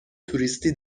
توریستی